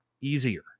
easier